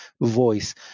voice